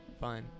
Fine